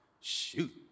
Shoot